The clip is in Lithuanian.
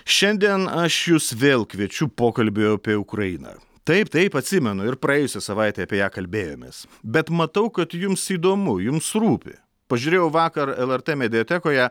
šiandien aš jus vėl kviečiu pokalbiui apie ukrainą taip taip atsimenu ir praėjusią savaitę apie ją kalbėjomės bet matau kad jums įdomu jums rūpi pažiūrėjau vakar lrt mediatekoje